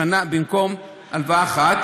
12 הלוואות בשנה במקום הלוואה אחת,